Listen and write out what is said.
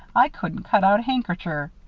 i couldn't cut out a handkercher!